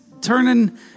turning